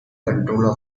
control